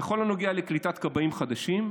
"בכל הנוגע לקליטת כבאים חדשים,